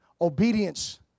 obedience